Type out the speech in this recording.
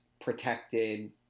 protected